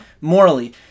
morally